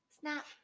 snap